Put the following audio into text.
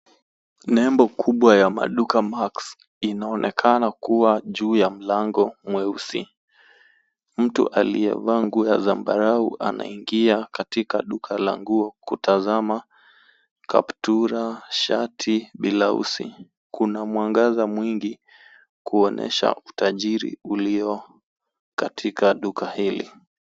Nembo kubwa ya maduka Max, inaonekana kuwa juu ya mlango mweusi. Mtu aliyevaa nguo ya zambarau anaingia katika duka la nguo kutazama kaptura, shati, bilausi. Kuna mwangaza mwingi, kuonyesha utajiri ulio katika duka hili.